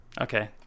okay